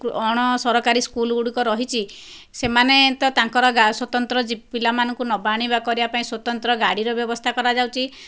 ଅଣସରକାରୀ school ଗୁଡ଼ିକ ରହିଛି ସେମାନେ ତ ତାଙ୍କର ସ୍ୱତନ୍ତ୍ର ପିଲାମାନଙ୍କୁ ନେବା ଆଣିବା କରିବା ପାଇଁ ସ୍ୱତନ୍ତ୍ର ଗାଡ଼ିର ବ୍ୟବସ୍ଥା କରାଯାଉଛି